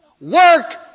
Work